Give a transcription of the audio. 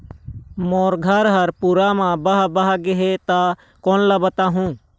मोर घर हा पूरा मा बह बह गे हे हे ता कोन ला बताहुं?